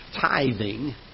tithing